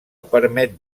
permet